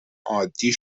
عادی